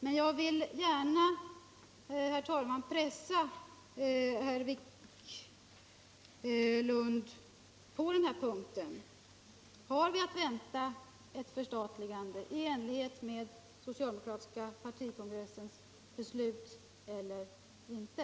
Men jag vill gärna, herr talman, pressa herr Wiklund på den här punkten: Har vi att vänta et förstatligande i enlighet med den socialdemokratiska partikongressens beslut eller inte?